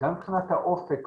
גם מבחינת האופק,